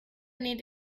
need